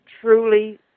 truly